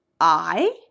I